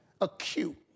acute